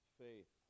faith